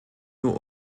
nur